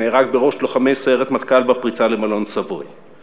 נהרג בראש לוחמי סיירת מטכ"ל בפריצה למלון "סבוי";